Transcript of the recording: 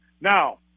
Now